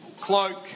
cloak